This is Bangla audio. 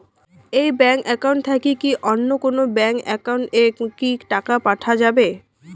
এই ব্যাংক একাউন্ট থাকি কি অন্য কোনো ব্যাংক একাউন্ট এ কি টাকা পাঠা যাবে?